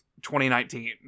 2019